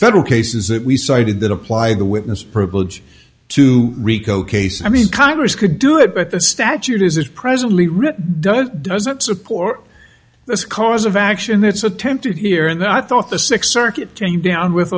federal cases that we cited that apply the witness privilege to rico case i mean congress could do it but the statute is presently written does doesn't support this cause of action that's attempted here and i thought the sixth circuit turned down with